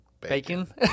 bacon